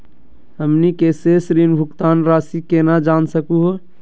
हमनी के शेष ऋण भुगतान रासी केना जान सकू हो?